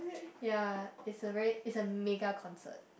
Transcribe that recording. ya it's a very it's a mega concert